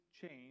change